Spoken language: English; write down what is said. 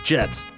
Jets